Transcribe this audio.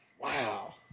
Wow